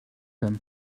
him